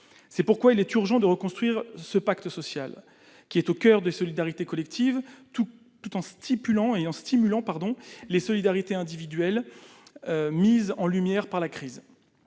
C'est pourquoi il est urgent de reconstruire le pacte social, qui est au coeur des solidarités collectives, tout en stimulant les solidarités individuelles mises en lumière par la crise.